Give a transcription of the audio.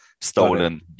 stolen